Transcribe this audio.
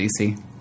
DC